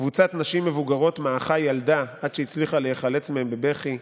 קבוצת נשים מבוגרות מעכה ילדה עד שהצליחה להיחלץ מהם בבכי.